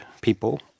people